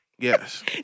Yes